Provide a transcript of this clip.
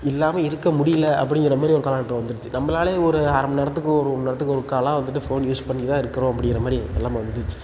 இல்லாமல் இருக்க முடியல அப்படிங்கிற மாதிரி ஒரு காலக்கட்டம் வந்துருச்சு நம்மளாலே ஒரு அரை மணி நேரத்துக்கு ஒரு ஒரு மணி நேரத்துக்கு ஒருக்காயெல்லாம் வந்துட்டு ஃபோன் யூஸ் பண்ணி தான் இருக்கிறோம் அப்படிங்கிற மாதிரி நிலம வந்துருச்சு